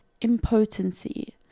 impotency